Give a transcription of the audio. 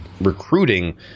recruiting